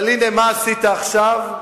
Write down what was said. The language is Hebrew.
אבל הנה, מה עשית עכשיו?